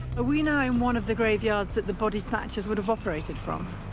we now in one of the graveyards that the body snatchers would have operated from?